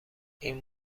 این